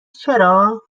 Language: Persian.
چرا